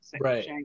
Right